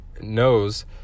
Knows